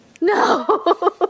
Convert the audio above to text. No